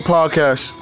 Podcast